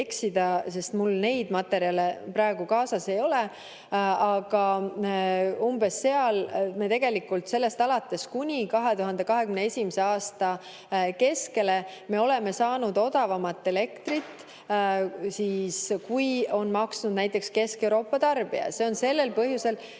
sest mul neid materjale praegu kaasas ei ole, aga umbes sellest ajast alates – kuni 2021. aasta keskele me oleme saanud odavamat elektrit, kui on maksnud näiteks Kesk-Euroopa tarbija. See on sellel põhjusel ...